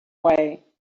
way